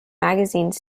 magazine